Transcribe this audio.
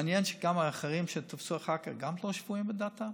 מעניין שגם האחרים שתפסו אחר כך גם לא שפויים בדעתם.